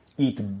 Eat